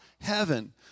heaven